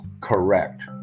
correct